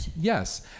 Yes